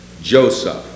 joseph